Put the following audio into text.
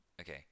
Okay